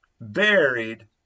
buried